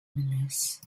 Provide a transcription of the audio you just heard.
menace